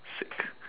sick